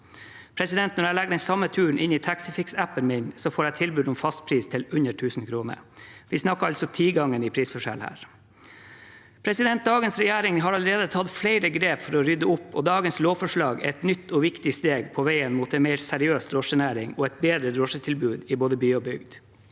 kr. Når jeg legger den samme turen inn i Taxifixappen min, får jeg tilbud om fastpris til under 1 000 kr. Vi snakker altså tigangen i prisforskjell her. Dagens regjering har allerede tatt flere grep for å rydde opp, og dagens lovforslag er et nytt og viktig steg på veien mot en mer seriøs drosjenæring og et bedre drosjetilbud i både by og bygd.